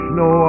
no